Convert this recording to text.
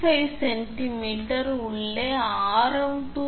5 centimetre உள்ளே ஆரம் 2